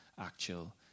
actual